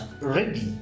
ready